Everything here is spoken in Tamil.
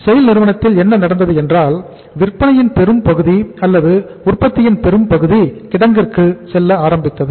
SAIL நிறுவனத்தில் என்ன நடந்தது என்றால் விற்பனையின் பெரும் பகுதி அல்லது உற்பத்தியின் பெரும்பகுதி கிடங்கிற்கு செல்ல ஆரம்பித்தது